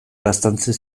laztantzen